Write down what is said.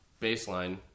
baseline